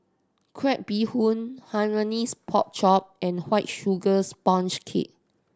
crab bee hoon Hainanese Pork Chop and White Sugar Sponge Cake